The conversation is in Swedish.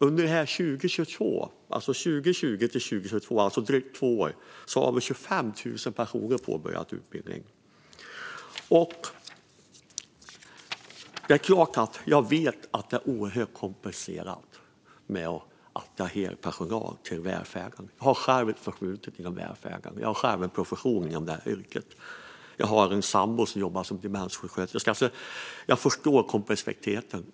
Under 2020-2022, alltså drygt två år, har 25 000 personer påbörjat en utbildning. Jag vet naturligtvis att det är oerhört komplicerat att attrahera personal till välfärden. Jag har själv ett förflutet inom välfärden. Jag har en sådan profession och har en sambo som jobbar som demenssjuksköterska, så jag förstår komplexiteten.